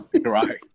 Right